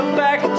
back